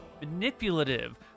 Manipulative